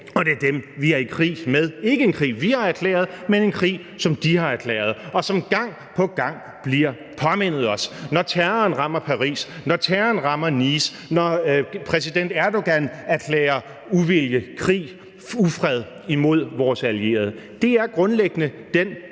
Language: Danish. og det er dem, vi er i krig med. Det er ikke en krig, vi har erklæret, men en krig, som de har erklæret, og som gang på gang bliver påmindet os, når terroren rammer Paris, når terroren rammer Nice, når præsident Erdogan erklærer uvilje, krig og ufred imod vores allierede. Det er grundlæggende den